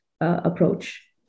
approach